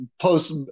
Post